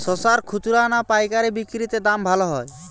শশার খুচরা না পায়কারী বিক্রি তে দাম ভালো হয়?